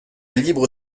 libre